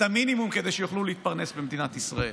את המינימום כדי שיוכלו להתפרנס במדינת ישראל.